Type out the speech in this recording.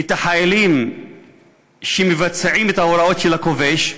את החיילים שמבצעים את ההוראות של הכובש,